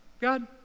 God